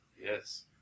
Yes